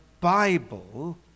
Bible